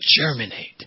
germinate